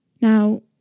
Now